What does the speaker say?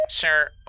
Sir